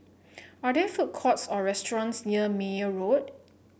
are there food courts or restaurants near Meyer Road